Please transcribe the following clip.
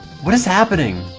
what is happening